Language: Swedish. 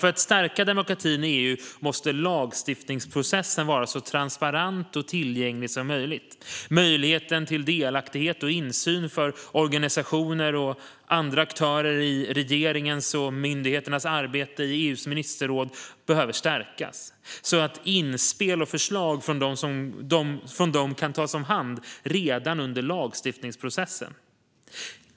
För att stärka demokratin i EU måste lagstiftningsprocessen vara så transparent och tillgänglig som möjligt. Möjligheten till delaktighet och insyn för organisationer och andra aktörer i regeringens och myndigheternas arbete i EU:s ministerråd behöver stärkas, så att inspel och förslag från dem kan tas om hand redan under lagstiftningsprocessen.